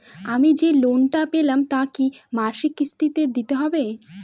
আমি যে লোন টা পেলাম তা কি মাসিক কিস্তি তে দিতে হবে?